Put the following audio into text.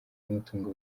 y’umutungo